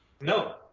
No